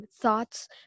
thoughts